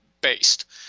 based